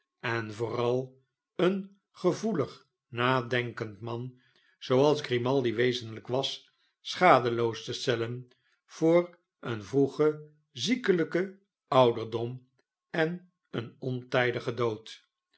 en vooral een gevoelig nadenkend man zooals grimaldi wezenlijk was schadeloos te stellen voor een vroegen ziekeiyken ouderdom en een ontijdigen dood